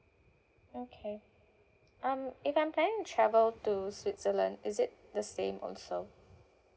okay um if I'm planning to travel to switzerland is it the same also